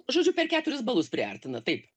žodžiu per keturis balus priartina taip